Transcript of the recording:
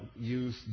use